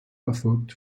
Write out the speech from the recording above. erfolgt